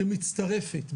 כמצטרפת,